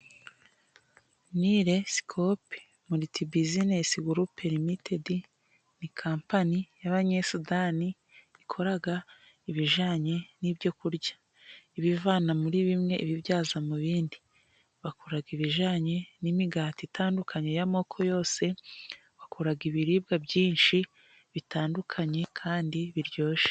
Nire sikope muriti buzinesi guluperimitedi ni kampani y'abanyesudani, ikora ibijyanye n'ibyokurya ibivana muri bimwe ibibyaza mu bindi, bakora ibijyanye n'imigati itandukanye y'amoko yose, bakora ibiribwa byinshi bitandukanye, kandi biryoshye.